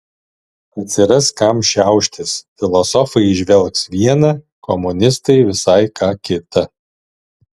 atsiras kam šiauštis filosofai įžvelgs viena komunistai visai ką kita